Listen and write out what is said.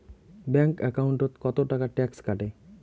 Bank একাউন্টত কতো টাকা ট্যাক্স কাটে?